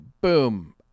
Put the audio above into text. boom